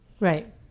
Right